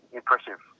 impressive